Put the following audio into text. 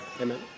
amen